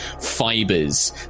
fibers